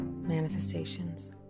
Manifestations